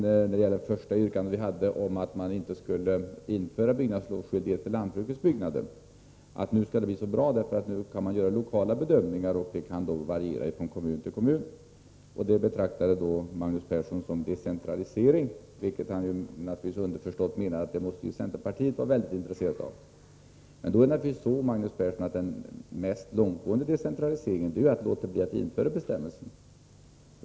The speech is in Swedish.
Beträffande vårt första yrkande om att inte införa byggnadslovsskyldighet för lantbrukets byggnader säger Magnus Persson att det kommer att bli så bra, därför att man nu kommer att göra lokala bedömningar som kan variera från kommun till kommun. Det betraktar Magnus Persson som en decentralisering, och underförstått menar han att centerpartiet måste vara intresserat av det. Men den mest långtgående decentraliseringen, Magnus Persson, är att låta bli att införa bestämmelsen.